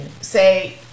say